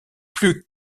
plus